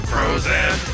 Frozen